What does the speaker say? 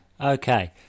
Okay